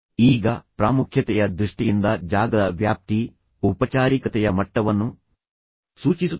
ಈಗ ಪ್ರಾಮುಖ್ಯತೆಯ ದೃಷ್ಟಿಯಿಂದ ಜಾಗದ ವ್ಯಾಪ್ತಿ ಔಪಚಾರಿಕತೆಯ ಮಟ್ಟವನ್ನು ಸೂಚಿಸುತ್ತದೆ